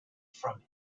from